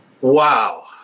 Wow